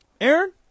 Aaron